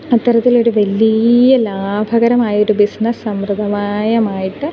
അത്തരത്തിലൊരു വലിയ ലാഭകരമായൊരു ബിസിനസ്സ് സമൃദ്ധമായമായിട്ട്